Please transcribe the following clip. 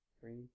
three